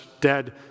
dead